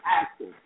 active